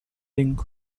ring